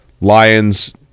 lions